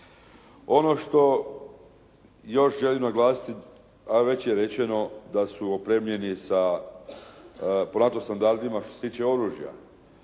Ono što još želim naglasiti a već je rečeno da su opremljeni sa, po NATO standardima što se tiče oružja.